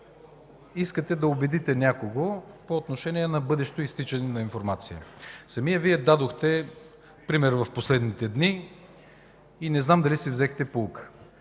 искате да убедите някого по отношение на бъдещо изтичане на информация. Самият Вие дадохте пример в последните дни и не знам дали си взехте поука.